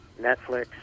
Netflix